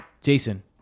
Jason